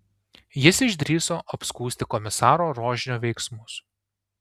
jis išdrįso apskųsti komisaro rožnio veiksmus